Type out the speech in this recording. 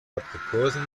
aprikosen